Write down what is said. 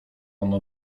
ono